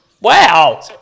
Wow